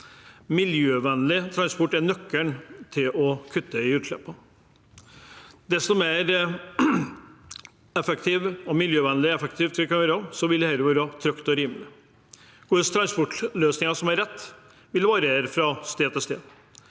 Miljøvennlig transport er nøkkelen til å kutte i utslippene. Dersom vi gjør dette miljøvennlig og effektivt, vil det være trygt og rimelig. Hvilke transportløsninger som er de rette, vil variere fra sted til sted.